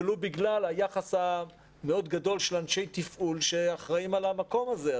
ולו בגלל היחס המאוד גדול של אנשי תפעול שאחראים על המקום הזה.